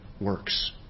works